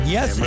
Yes